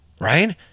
right